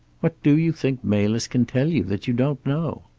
what do you think melis can tell you, that you don't know?